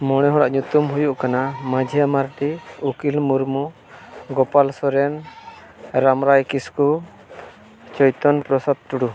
ᱢᱚᱬᱮ ᱦᱚᱲᱟᱜ ᱧᱩᱛᱩᱢ ᱦᱩᱭᱩᱜ ᱠᱟᱱᱟ ᱢᱟᱹᱡᱷᱤᱭᱟᱹ ᱢᱟᱨᱰᱤ ᱩᱠᱤᱞ ᱢᱩᱨᱢᱩ ᱜᱳᱯᱟᱞ ᱥᱚᱨᱮᱱ ᱨᱟᱢᱨᱟᱭ ᱠᱤᱥᱠᱩ ᱪᱳᱭᱛᱚᱱ ᱯᱨᱚᱥᱟᱫᱽ ᱴᱩᱰᱩ